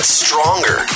stronger